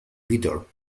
leader